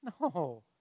No